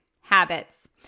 habits